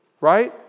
right